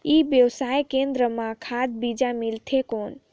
ई व्यवसाय केंद्र मां खाद बीजा मिलथे कौन?